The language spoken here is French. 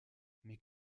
mais